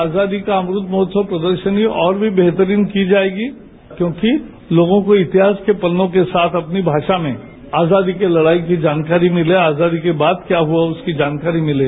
आजादी का अमृत महोत्सव प्रदर्शनी और भी बेहतरीन की जाएगी क्योंकि लोगों के इतिहास के पन्नों के साथ अपनी भाषा में आजादी की लड़ाई की जानकारी मिले आजादी के बाद क्या हुआ उसकी जानकारी मिले